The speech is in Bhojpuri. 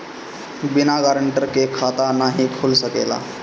बिना गारंटर के खाता नाहीं खुल सकेला?